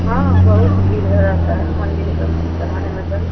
हाँ बहुत भीड़ है रहती है मंदिर है ना चढ़ाने में जल